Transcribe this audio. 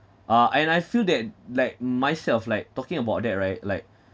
uh and I feel that like myself like talking about that right like